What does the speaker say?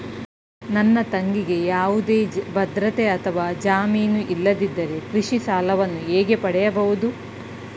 ನನ್ನ ತಂಗಿಗೆ ಯಾವುದೇ ಭದ್ರತೆ ಅಥವಾ ಜಾಮೀನು ಇಲ್ಲದಿದ್ದರೆ ಕೃಷಿ ಸಾಲವನ್ನು ಹೇಗೆ ಪಡೆಯಬಹುದು?